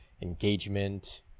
engagement